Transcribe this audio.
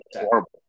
horrible